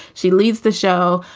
she leaves the show.